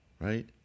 Right